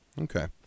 Okay